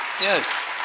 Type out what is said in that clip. Yes